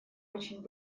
очень